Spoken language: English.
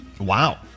Wow